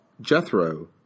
Jethro